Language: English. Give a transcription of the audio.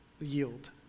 yield